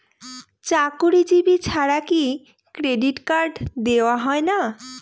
চাকুরীজীবি ছাড়া কি ক্রেডিট কার্ড দেওয়া হয় না?